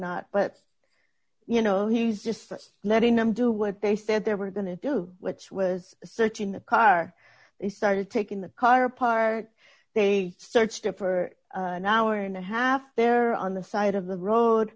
not but you know he's just letting them do what they said they were going to do which was searching the car they started taking the car apart they searched it for an hour and a half there on the side of the road